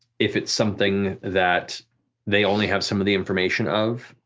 if it's something that they only have some of the information of,